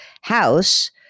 house